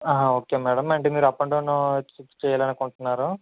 okay madam అంటే మీరు up and down చె చెయ్యాలి అనుకుంటున్నారా